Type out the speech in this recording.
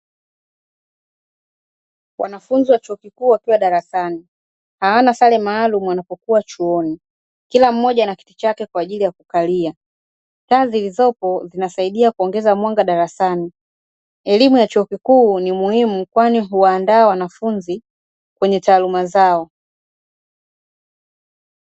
Wanafunzi wa chuo kikuu wakiwa darasani, hawana sare maalumu wanapokuwa chuoni. Kila mmoja ana kiti chake kwa ajili ya kukalia. Taa zilizopo zinasaidia kuongeza mwanga darasani. Elimu ya chuo kikuu ni muhimu kwani huwaandaa wanafunzi kwenye taaluma zao.